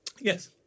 Yes